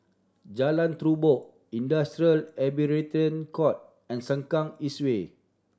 Jalan Terubok Industrial Arbitration Court and Sengkang Eest Way